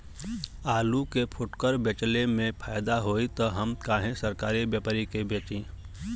आलू के फूटकर बेंचले मे फैदा होई त हम काहे सरकारी व्यपरी के बेंचि?